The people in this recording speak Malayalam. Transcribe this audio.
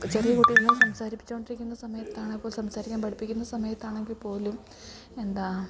ചെറിയ കുട്ടികൾ സംസാരിപ്പിച്ചോണ്ടിരിക്കുന്ന സമയത്താണേപ്പോൽ സംസാരിക്കാൻ പഠിപ്പിക്കുന്ന സമയത്ത് ആണെങ്കിൽ പോലും എന്താ